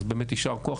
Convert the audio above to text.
אז באמת יישר כוח,